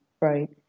right